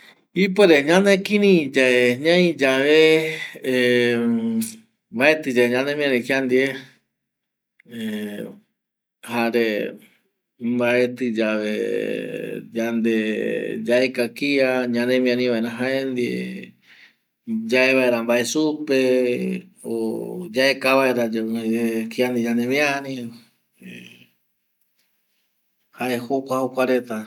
Ipuere yande kiri ñai yave ˂Hesitation˃mbaeti ye yande miari kiandie ye ˂Hesitation˃ jare mbaeti yave yande yaeka kia yanemiari vaera jaendie yae vaera vae supe yaeka vaera kiandie yanemiari ˂Hesitation˃ jae jokua jokua reta kua jae